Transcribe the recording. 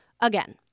again